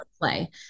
play